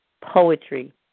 poetry